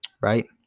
right